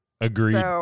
agreed